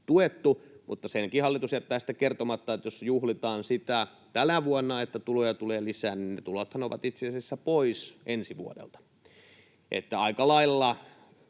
tuettu — mutta senkin hallitus jättää sitten kertomatta, että jos juhlitaan tänä vuonna sitä, että tuloja tulee lisää, niin ne tulothan ovat itse asiassa pois ensi vuodelta. Aika lailla